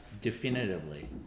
Definitively